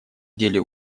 деле